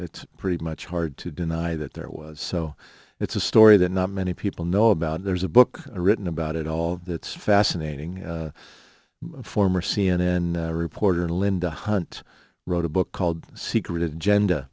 it's pretty much hard to deny that there was so it's a story that not many people know about and there's a book written about it all that's fascinating former c n n reporter linda hunt wrote a book called secret agenda